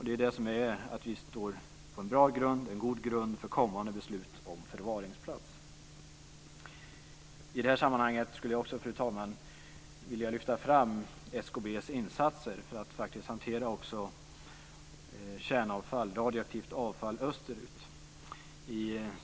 Det är detta som gör att vi står på en god grund inför kommande beslut om förvaringsplats. Fru talman! I detta sammanhang vill jag också lyfta fram SKB:s insatser för att hantera radioaktivt avfall österut.